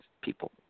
people